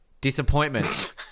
Disappointment